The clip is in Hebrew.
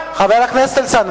חבר הכנסת אלסאנע,